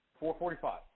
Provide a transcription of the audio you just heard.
4.45